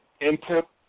input